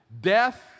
Death